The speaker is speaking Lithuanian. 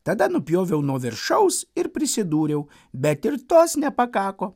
tada nupjoviau nuo viršaus ir prisidūriau bet ir tos nepakako